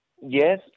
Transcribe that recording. yes